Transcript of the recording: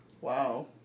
Wow